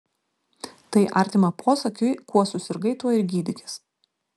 tai artima posakiui kuo susirgai tuo ir gydykis